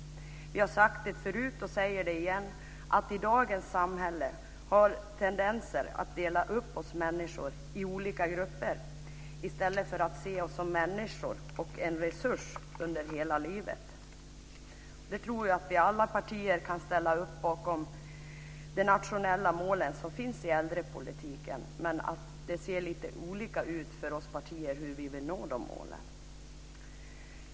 Vi har sagt det förut och säger det igen: I dagens samhälle har vi tendenser att dela upp oss människor i olika grupper i stället för att se oss som människor och som en resurs under hela livet. Jag tror att alla partier kan ställa upp bakom de nationella målen som finns i äldrepolitiken, men det ser lite olika ut när det gäller hur partierna vill nå de målen.